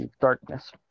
darkness